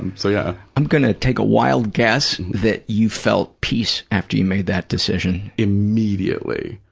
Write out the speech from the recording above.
and so yeah. i'm going to take a wild guess that you felt peace after you made that decision. immediately,